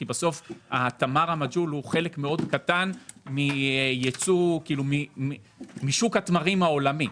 אבל המג'הול הוא חלק קטן מאוד משוק התמרים העולמי.